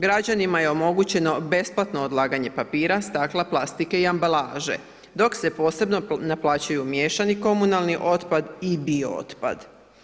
Građanima je omogućeno besplatno odlaganje papira, stakla, plastike i ambalaže dok se posebno naplaćuju miješani komunalni otpad i bio otpad.